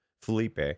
Felipe